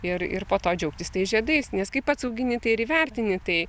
ir ir po to džiaugtis tais žiedais nes kai pats augini tai ir įvertini tai